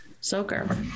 soaker